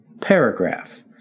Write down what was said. Paragraph